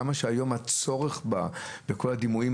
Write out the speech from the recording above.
כמה יש היום צורך בכל הדימות,